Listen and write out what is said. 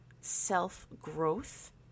self-growth